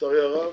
לצערי הרב.